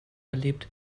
erlebt